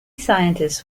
scientists